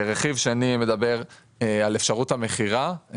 הרכיב השני מדבר על אפשרות המכירה.